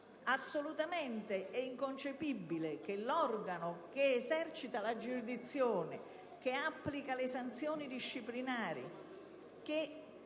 assolutamente inconcepibile che l'organo che esercita la giurisdizione, che applica le sanzioni disciplinari, che